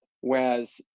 Whereas